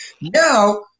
Now